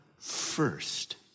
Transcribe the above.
first